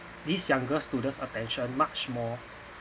these younger students attention much more